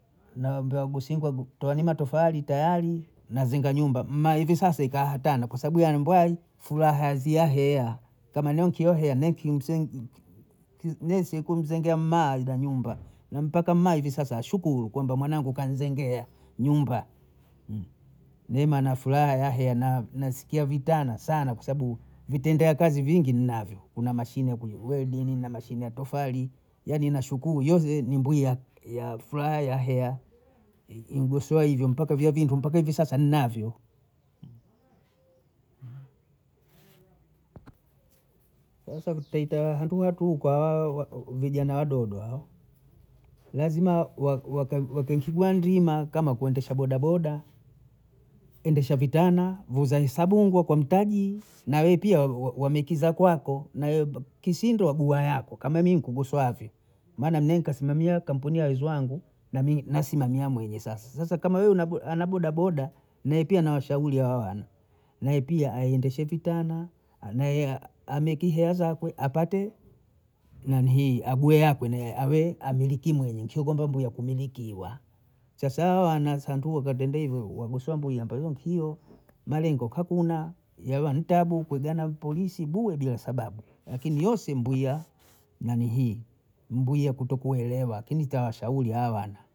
Nawambia wagosingwa kutoagi matofali tayari, mazinga nyumba mahivi sasa ikawa hatana kwa sabu ya nyumbahi furaha hizia heya kama ni nkio heya ni kimsu mi siku mzengea mama ida nyumba, na mpaka hivi sasa ashukuru kwamba mwanangu kanzengea nyumba, mi mwana furaha ya heya nasikia vitana sana kwa sabu vitendea kazi vingi ninavyo, kuna mashine kuweldingi, na mashine ya tofali, yaani nashukuru yeze ni mbwiya, ya furaha ya heya igosowe hivyo mpaka vya vintu mpaka hivi sasa ninavyo, kwaiyo sa taita tutaita wantu watuka hao vijana wadogo hao, wazima wakaigua ndima kama kuendesha bodaboda, endesha vitana geuza hesabungwa kuwa mtaji nawe pia wameki za kwako, nawe kishindwa gua yako kama mi nkugosoavyo maana mi nkasimamia kampuni ya weziwangu nami nasimamia mwenye sasa, sasa kama wewe ana bodaboda, mie pia nawashauri hawa wana, nae pia aendeshe vitana, nae pia ameki haya zakwe apate nanihii ague yakwe naye awe amiliki mwenye kio kwamba mbuya kumilikiwa, sasa hawa wana santuhu wakatembee hivyo wagoswa mbuya ndo huyu mpiyo malengo kakuna ya wana ntabu kuja na polisi bule bila sababu, lakini yose mbwiya nanii mbwiya kutokuelewa akini tawashauri hawa wana